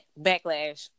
backlash